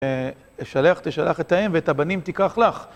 תשלח, תשלח את האם, ואת הבנים תיקח לך.